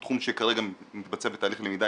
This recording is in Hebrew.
הוא תחום שכרגע מתבצע בתהליך למידה.